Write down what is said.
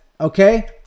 okay